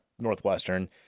Northwestern